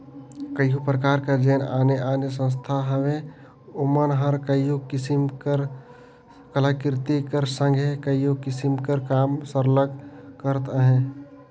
कइयो परकार कर जेन आने आने संस्था हवें ओमन हर कइयो किसिम कर कलाकृति कर संघे कइयो किसिम कर काम सरलग करत अहें